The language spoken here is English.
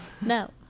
No